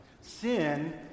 Sin